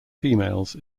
females